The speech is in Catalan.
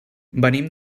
venim